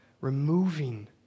removing